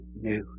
new